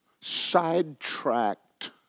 sidetracked